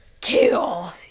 kill